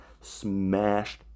smashed